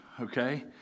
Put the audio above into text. okay